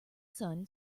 sun